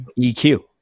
EQ